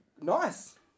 nice